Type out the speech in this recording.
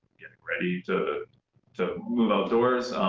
ready to to move outdoors,